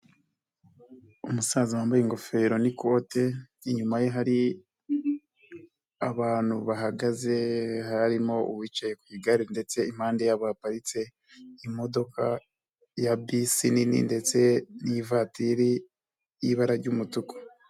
Umusaza wambaye ingofero n'ikote, inyuma ye hari abantu bahagaze harimo uwicaye ku igare ndetse impande yabo yaparitse imodoka ya bisi nini ndetse n'ivatiri y'ibara ry'umutuku.